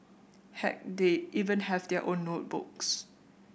heck they even have their own notebooks